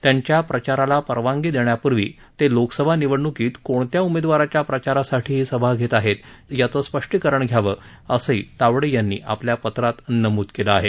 त्यांच्या प्रचाराला परवानगी देण्यापूर्वी ते लोकसभा निवडणुकीत कोणत्या उमेदवाराच्या प्रचारासाठी ही सभा घेत आहेत याचं स्पष्टीकरण घ्यावं असंही तावडे यांनी आपल्या पत्रात नमूद केलं आहे